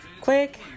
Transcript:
Quick